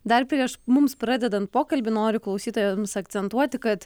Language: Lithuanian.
dar prieš mums pradedant pokalbį noriu klausytojams akcentuoti kad